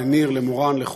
לניר, למורן, לכולם.